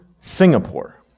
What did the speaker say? Singapore